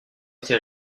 été